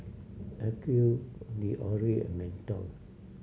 Acuvue L'Oreal and Mentos